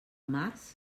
març